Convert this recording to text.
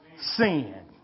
Sin